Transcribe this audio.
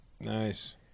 Nice